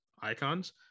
icons